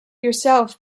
yourself